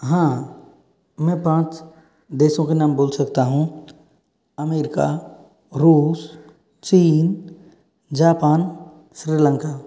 हाँ मैं पाँच देशों के नाम बोल सकता हूँ अमेरिका रूस चीन जापान श्रीलंका